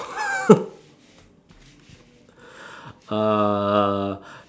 uh